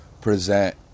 present